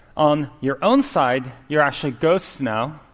on your own side, you're actually ghosts now.